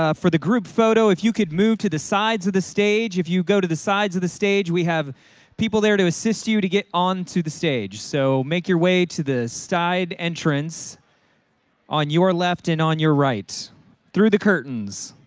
ah for the group photo, if you could move to the sides of the stage. if you go to the sides of the stage, we have people there to assist you you to get on to the stage, so make your way to the side entrance on your left and on your right through the curtains.